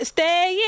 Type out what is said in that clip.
Stay